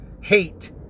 ...hate